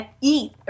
eat